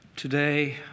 Today